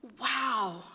wow